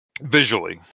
Visually